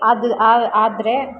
ಅದು ಆದರೆ